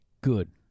Good